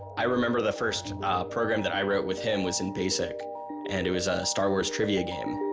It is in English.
i remember the first program that i wrote with him was in basic and was a star wars trivia game